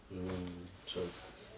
mm true